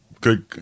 good